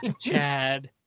chad